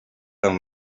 amb